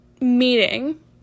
meeting